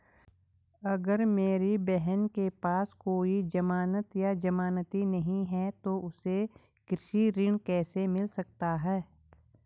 अगर मेरी बहन के पास कोई जमानत या जमानती नहीं है तो उसे कृषि ऋण कैसे मिल सकता है?